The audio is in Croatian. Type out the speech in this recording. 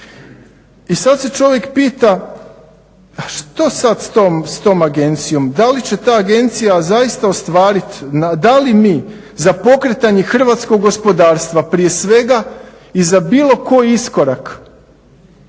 I sada se čovjek pita što sada s tom agencijom? Da li će ta agencija zaista ostvariti, da li mi za pokretanje hrvatskog gospodarstva prije svega i za bilo koji iskorak